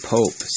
Pope